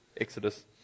Exodus